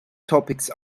topics